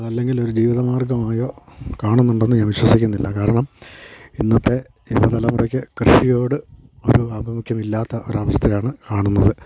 അല്ലെങ്കിൽ ഒരു ജീവിത മാർഗ്ഗമായോ കാണുന്നുണ്ടെന്ന് ഞാൻ വിശ്വസിക്കുന്നില്ല കാരണം ഇന്നത്തെ യുവതലമുറയ്ക്ക് കൃഷിയോട് ഒരു ആഭിമുഖ്യമില്ലാത്ത ഒരു അവസ്ഥയാണ് കാണുന്നത്